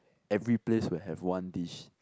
every place will have one dish